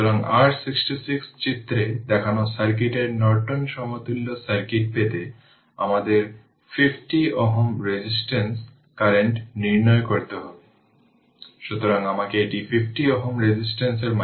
সুতরাং এখন এই জিনিসটি যে 23 RL সার্কিটের ন্যাচারাল রেসপন্স ছিল তা কারেন্টের একটি এক্সপোনেনশিয়াল ডিকে